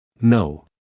No